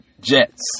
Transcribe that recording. Jets